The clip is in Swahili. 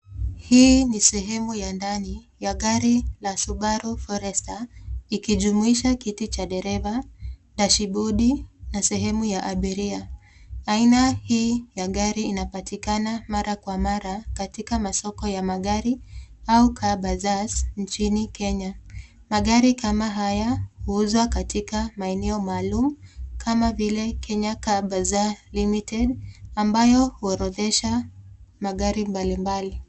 Hii ni sehemu ya ndani ya gari la Subaru Forester ikijumuisha kiti cha dereva, dashibodi na sehemu ya abiria. Aina hii ya gari inapatikana mara kwa mara katika masoko ya magari au car bazaars nchini Kenya. Magari kama haya huuzwa katika maeneo maalum kama vile Kenya car bazaar limited ambayo huorodhesha magari mbalimbali.